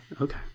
Okay